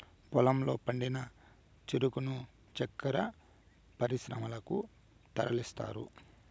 పొలంలో పండిన చెరుకును చక్కర పరిశ్రమలకు తరలిస్తారు